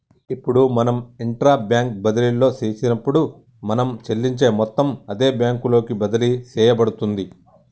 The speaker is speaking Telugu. ఇప్పుడు మనం ఇంట్రా బ్యాంక్ బదిన్లో చేసినప్పుడు మనం చెల్లించే మొత్తం అదే బ్యాంకు లోకి బదిలి సేయబడుతుంది